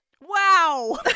Wow